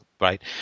right